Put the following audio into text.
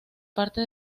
parte